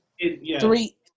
three